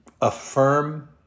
affirm